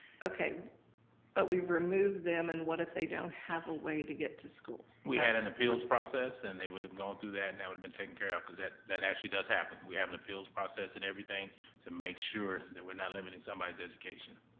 okay, but we've removed them, and what if they don't have a way to get to school? we had an appeals process, and they would have gone through that, and that would have been taken care of, because that that actually does happen. we have an appeals process and everything to make sure that we're not limiting somebody's somebody's education.